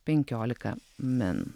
penkiolika min